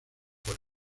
por